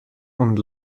und